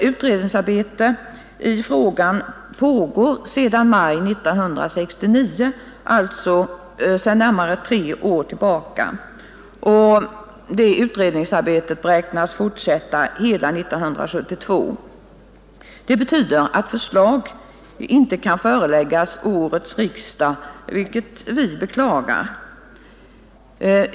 Utredningsarbete i frågan pågår sedan maj 1969, alltså sedan närmare tre år tillbaka, och det utredningsarbetet beräknas fortsätta hela 1972. Det betyder att förslag inte kan föreläggas årets riksdag, vilket vi beklagar.